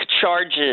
charges